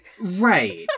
Right